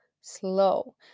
slow